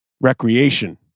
recreation